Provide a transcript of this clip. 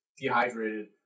dehydrated